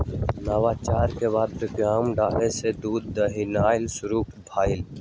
नवाचार के बाद वैक्यूम डोल से दूध दुहनाई शुरु भेलइ